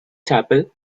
chapel